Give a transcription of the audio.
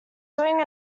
doing